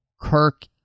Kirk